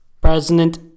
President